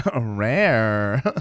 Rare